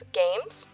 games